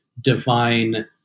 divine